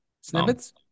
snippets